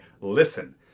listen